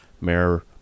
Mayor